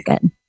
good